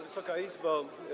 Wysoka Izbo!